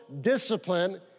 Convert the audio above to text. discipline